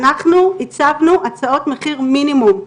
אנחנו הצגנו הצעות מחיר מינימום.